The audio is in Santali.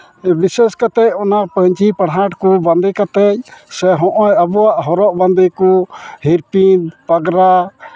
ᱵᱤᱥᱮᱥ ᱠᱟᱛᱮᱫ ᱚᱱᱟ ᱯᱟᱹᱧᱪᱤ ᱯᱟᱲᱦᱟᱴ ᱠᱚ ᱵᱟᱸᱫᱮ ᱠᱟᱛᱮᱫ ᱥᱮ ᱦᱚᱜᱼᱚᱸᱭ ᱟᱵᱚᱣᱟᱜ ᱦᱚᱨᱚᱜ ᱵᱟᱸᱫᱮ ᱠᱚ ᱦᱤᱨᱯᱤᱧ ᱯᱟᱸᱜᱽᱨᱟ